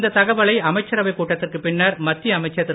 இத்தகவலை அமைச்சரவை கூட்டத்திற்கு பின்னர் மத்திய அமைச்சர் திரு